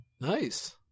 Nice